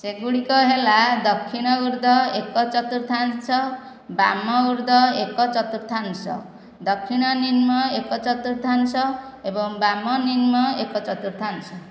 ସେଗୁଡ଼ିକ ହେଲା ଦକ୍ଷିଣ ଊର୍ଦ୍ଧ୍ୱ ଏକ ଚତୁର୍ଥାଂଶ ବାମ ଊର୍ଦ୍ଧ୍ୱ ଏକ ଚତୁର୍ଥାଂଶ ଦକ୍ଷିଣ ନିମ୍ନ ଏକ ଚତୁର୍ଥାଂଶ ଏବଂ ବାମ ନିମ୍ନ ଏକ ଚତୁର୍ଥାଂଶ